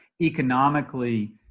economically